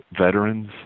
veterans